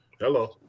Hello